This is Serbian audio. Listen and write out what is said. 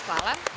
Hvala.